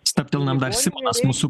stabtelnam dar simonas mūsų